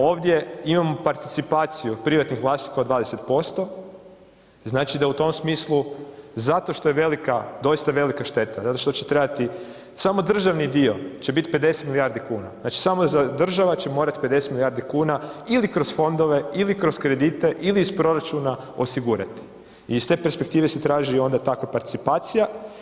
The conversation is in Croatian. Ovdje imamo participaciju od privatnih vlasnika od 20%, znači da je u tom smislu zato što je velika, doista velika šteta, zato što će trebati, samo državni dio će bit 50 milijardi kuna, znači samo za, država će morat 50 milijardi kuna ili kroz fondove ili kroz kredite ili iz proračuna osigurati i iz te perspektive se traži onda takva participacija.